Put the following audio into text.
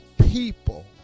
people